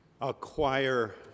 Acquire